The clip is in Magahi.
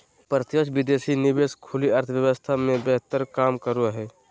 प्रत्यक्ष विदेशी निवेश खुली अर्थव्यवस्था मे बेहतर काम करो हय